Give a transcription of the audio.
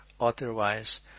otherwise